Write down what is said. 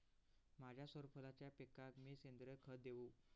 माझ्या सूर्यफुलाच्या पिकाक मी सेंद्रिय खत देवू?